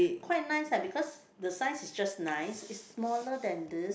quite nice lah because the size is just nice is smaller than this